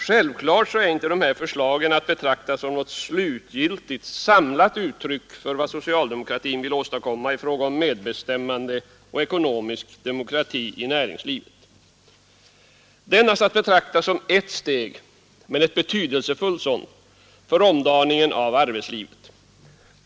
Självfallet är inte de här förslagen att betrakta som något slutgiltigt, samlat uttryck för vad socialdemokratin vill åstadkomma i fråga om medbestämmande och ekonomisk demokrati i näringslivet. De är endast att betrakta som ett — men ett betydelsefullt — steg i omdaningen av arbetslivet.